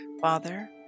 Father